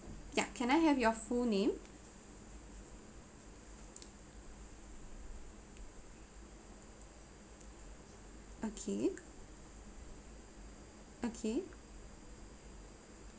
ya can I have your full name okay okay